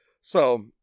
So-